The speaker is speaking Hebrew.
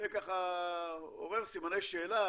זה ככה עורר סימני שאלה,